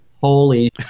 holy